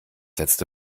letzte